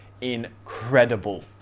incredible